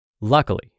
luckily